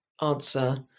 answer